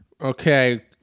okay